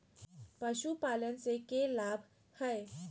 पशुपालन से के लाभ हय?